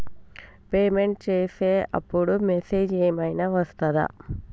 Payment చేసే అప్పుడు message ఏం ఐనా వస్తదా?